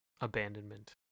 abandonment